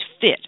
Fit